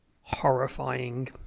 horrifying